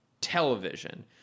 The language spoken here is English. television